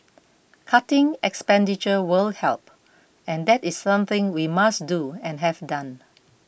cutting expenditure will help and that is something we must do and have done